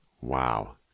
Wow